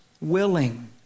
willing